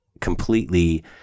completely